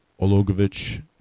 Ologovich